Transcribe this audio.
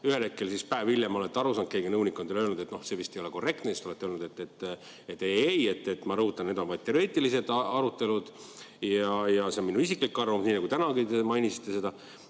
Ühel hetkel, päev hiljem olete aru saanud – keegi nõunik on teile öelnud –, et see vist ei ole korrektne, ja siis te olete öelnud, et ei-ei-ei, ma rõhutan, need on vaid teoreetilised arutelud ja see on minu isiklik arvamus, nii nagu tänagi te mainisite seda.